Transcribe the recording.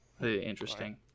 Interesting